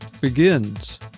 begins